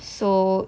so